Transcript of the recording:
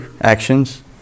actions